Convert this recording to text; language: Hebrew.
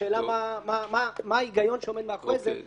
והשאלה מה ההיגיון שעומד מאחורי זה